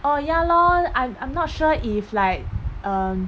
orh ya lor I'm I'm not sure if like um